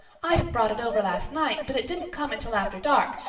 i'd have brought it over last night, but it didn't come until after dark,